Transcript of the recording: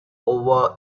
over